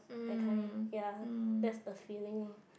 that kind ya that's the feeling loh